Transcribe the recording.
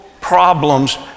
problems